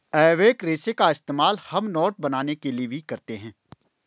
एबेक रेशे का इस्तेमाल हम नोट बनाने के लिए भी करते हैं